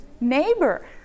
neighbor